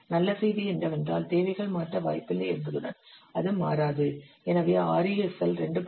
நல்ல செய்தி என்னவென்றால் தேவைகள் மாற்ற வாய்ப்பில்லை என்பதுடன் அது மாறாது எனவே RESL 2